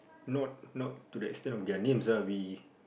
not not to the extent of their names ah we